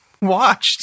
watched